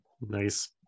Nice